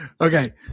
Okay